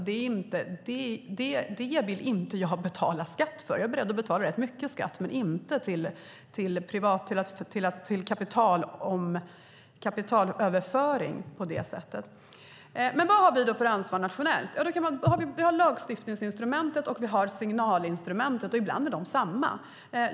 Det vill jag inte betala skatt för. Jag är beredd att betala rätt mycket skatt men inte till kapitalöverföring på det sättet. Vad har vi för ansvar nationellt? Vi har lagstiftningsinstrumentet och vi har signalinstrumentet, och ibland är de samma.